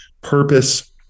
purpose